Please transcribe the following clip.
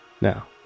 Now